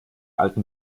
alten